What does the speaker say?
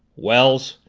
wells!